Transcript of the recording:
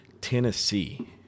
Tennessee